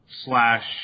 slash